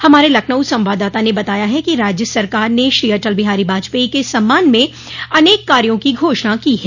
हमारे लखनऊ संवाददाता ने बताया है कि राज्य सरकार ने श्री अटल बिहारी वाजपेयी के सम्मान में अनेक कार्यों की घोषणा की है